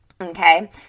Okay